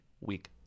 week